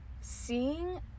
seeing